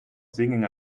singing